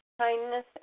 Kindness